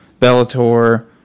Bellator